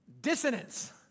dissonance